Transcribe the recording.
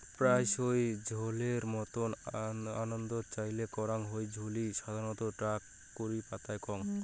প্রায়শই ঝোলের মতন আন্দাত চইল করাং হই বুলি সাধারণত তাক কারি পাতা কয়